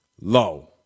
low